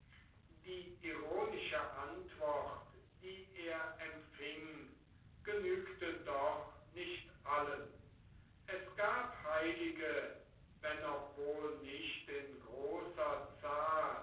die ironische antwort die er empfing genügte doch nicht allen es gab heilige wenn auch wohl nicht in großer zahl